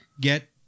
get